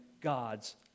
God's